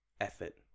effort